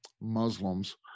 Muslims